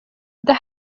det